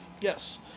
Yes